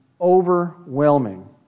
overwhelming